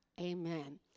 Amen